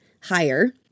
higher